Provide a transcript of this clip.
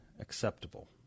acceptable